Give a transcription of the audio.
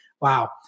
wow